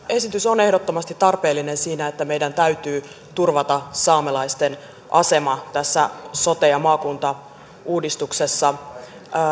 esitys on ehdottomasti tarpeellinen siinä että meidän täytyy turvata saamelaisten asema tässä sote ja maakuntauudistuksessa